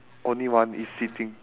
only one is sitting